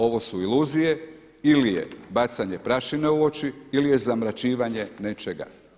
Ovo su iluzije ili je bacanje prašine u oči ili je zamračivanje nečega.